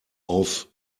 auf